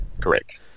Correct